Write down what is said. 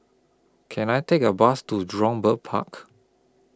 Can I Take A Bus to Jurong Bird Park